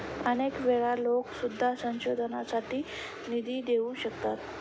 अनेक वेळा लोकं सुद्धा संशोधनासाठी निधी देऊ शकतात